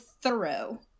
thorough